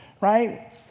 Right